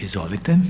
Izvolite.